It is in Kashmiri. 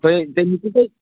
تُہۍ تُہۍ گژھِو تیٚلہِ